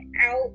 out